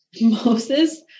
Moses